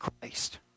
Christ